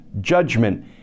judgment